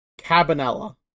Cabanella